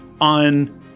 on